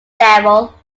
devil